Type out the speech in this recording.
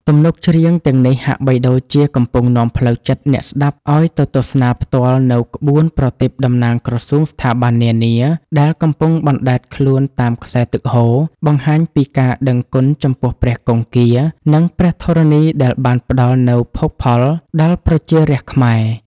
ទំនុកច្រៀងទាំងនេះហាក់បីដូចជាកំពុងនាំផ្លូវចិត្តអ្នកស្ដាប់ឱ្យទៅទស្សនាផ្ទាល់នូវក្បួនប្រទីបតំណាងក្រសួងស្ថាប័ននានា ដែលកំពុងបណ្តែតខ្លួនតាមខ្សែទឹកហូរ បង្ហាញពីការដឹងគុណចំពោះព្រះគង្គា និងព្រះធរណីដែលបានផ្តល់នូវភោគផលដល់ប្រជារាស្ត្រខ្មែរ។